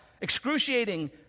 Excruciating